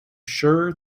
sure